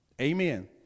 Amen